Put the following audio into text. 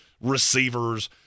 receivers